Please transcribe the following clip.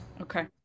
Okay